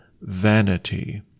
vanity